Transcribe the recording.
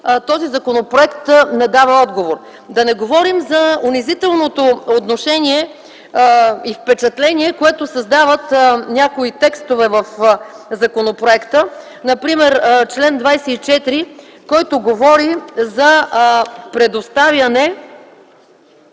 този законопроект не дава отговор. Да не говорим за унизителното отношение и впечатление, което създават някои текстове в законопроекта. Например, чл. 24, който говори за предоставяне